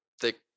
thick